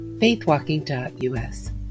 faithwalking.us